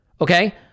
okay